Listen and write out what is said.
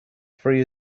free